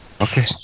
Okay